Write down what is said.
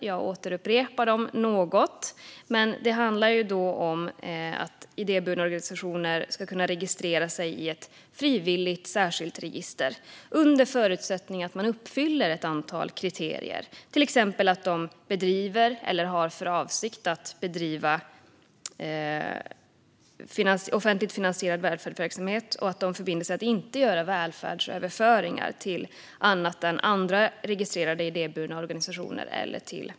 Jag återupprepar dem något här: Det handlar alltså om att idéburna organisationer ska kunna registrera sig i ett frivilligt särskilt register under förutsättning att man uppfyller ett antal kriterier, till exempel att man bedriver eller har för avsikt att bedriva offentligt finansierad välfärdsverksamhet. Man ska också förbinda sig att inte göra välfärdsöverföringar annat än till andra registrerade idéburna organisationer eller forskning.